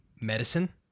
Medicine